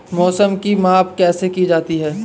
मौसम की माप कैसे की जाती है?